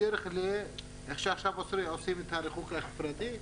עכשיו עושים ריחוק חברתי,